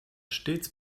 stets